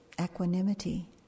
equanimity